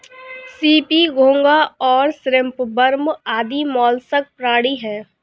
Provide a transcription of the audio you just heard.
CP, घोंगा और shrimp worm आदि मौलास्क प्राणी हैं